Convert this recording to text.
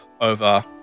over